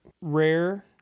rare